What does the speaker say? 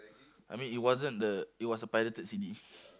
I mean it wasn't the it was a pirated C_D